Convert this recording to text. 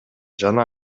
жана